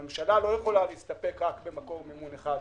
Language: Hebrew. הממשלה לא יכולה להסתפק רק במקור מימון אחד.